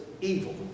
evil